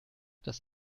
das